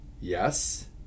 Yes